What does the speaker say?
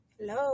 hello